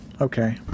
Okay